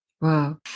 Wow